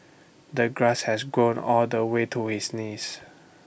the grass had grown all the way to his knees